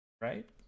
right